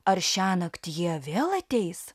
ar šiąnakt jie vėl ateis